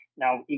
Now